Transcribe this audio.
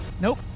Nope